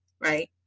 right